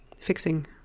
fixing